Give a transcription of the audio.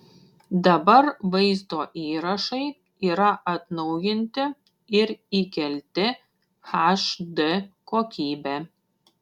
dabar vaizdo įrašai yra atnaujinti ir įkelti hd kokybe